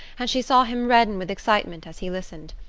and she saw him redden with excitement as he listened.